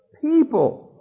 People